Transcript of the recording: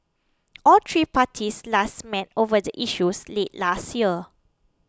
all three parties last met over the issues late last year